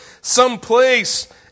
someplace